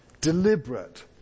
Deliberate